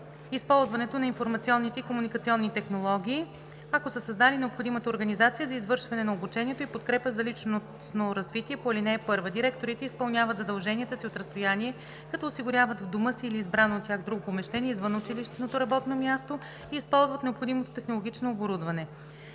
използването на информационните и комуникационните технологии, ако са създали необходимата организация за извършване на обучението и подкрепа за личностно развитие по ал. 1. Директорите изпълняват задълженията си от разстояние, като осигуряват в дома си или избрано от тях друго помещение извън училището работно място и използват необходимото технологично оборудване.